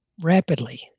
rapidly